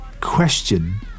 question